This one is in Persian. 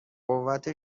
قوت